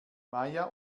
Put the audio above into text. maja